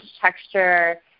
texture